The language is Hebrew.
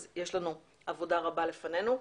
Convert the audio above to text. אז עבודה רבה לפנינו.